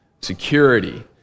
security